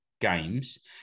games